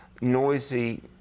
noisy